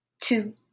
two